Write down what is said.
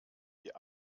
die